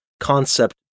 concept